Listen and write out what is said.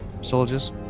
soldiers